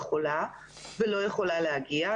חולה ולא יכולה להגיע.